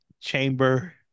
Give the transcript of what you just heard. chamber